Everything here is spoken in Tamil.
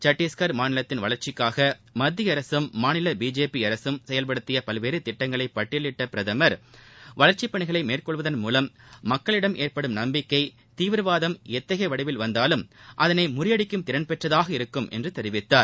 சத்தீஸ்கர் மாநிலத்தின் வளர்ச்சிக்காக மத்திய அரசும் மாநில பிஜேபி அரசும் செயல்படுத்திய பல்வேறு திட்டங்களை பட்டியலிட்ட பிரதமர் வளர்ச்சிப் பணிகளை மேற்கொள்வதன் மூலம் மக்களிடம் ஏற்படும் நம்பிக்கை தீவிரவாதம் எத்தகைப வடிவில் வந்தாலும் அதனை முறியடிக்கும் திறன் பெற்றதாக இருக்கும் என்று தெரிவித்தார்